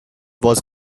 was